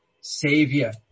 Savior